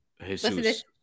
Jesus